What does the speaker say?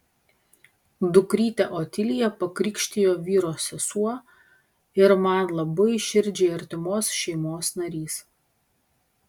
dukrytę otiliją pakrikštijo vyro sesuo ir man labai širdžiai artimos šeimos narys